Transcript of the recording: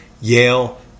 Yale